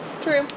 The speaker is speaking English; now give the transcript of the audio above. True